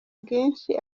ubwinshi